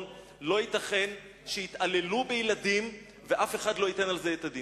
לא ייתכן שיתעללו בילדים ואף אחד לא ייתן על זה את הדין.